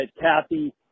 Kathy